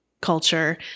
culture